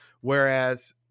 Whereas